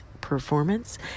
performance